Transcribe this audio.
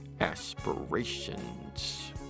aspirations